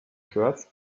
shirts